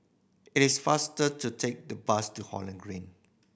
it is faster to take the bus to Holland Green